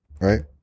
right